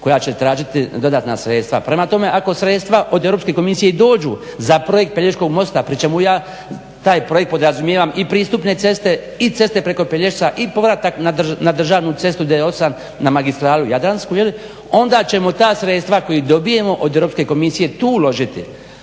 koja će tražiti dodatna sredstva. Prema tome ako sredstva od EU komisije i dođu za projekt Pelješkog mosta pri čemu ja taj projekt podrazumijevam i pristupne ceste i ceste preko Pelješca i povratak na državnu cestu D8 na magistralu jadransku onda ćemo ta sredstva koja dobijemo od EU komisije tu uložiti.